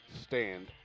Stand